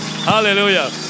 Hallelujah